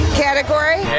category